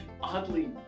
oddly